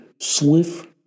swift